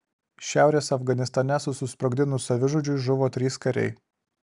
šiaurės afganistane susisprogdinus savižudžiui žuvo trys kariai